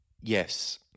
Yes